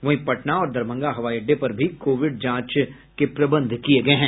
वहीं पटना और दरभंगा हवाई अड्डे पर भी कोविड जांच के प्रबंध किये गये हैं